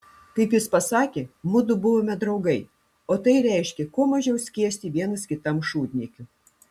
kaip jis pasakė mudu buvome draugai o tai reiškė kuo mažiau skiesti vienas kitam šūdniekių